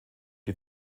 die